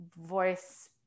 voice